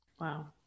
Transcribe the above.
Wow